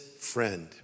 friend